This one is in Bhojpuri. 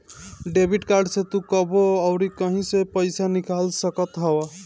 डेबिट कार्ड से तू कबो अउरी कहीं से पईसा निकाल सकत हवअ